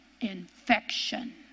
infection